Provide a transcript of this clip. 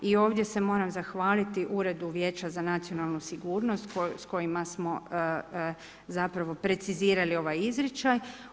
I ovdje se moram zahvaliti Uredu vijeća za nacionalnu sigurnost s kojima smo precizirali ovaj izričaj.